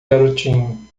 garotinho